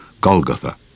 Golgotha